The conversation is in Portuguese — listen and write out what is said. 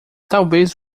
talvez